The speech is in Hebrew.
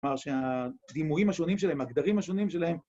כלומר שהדימויים השונים שלהם, הגדרים השונים שלהם...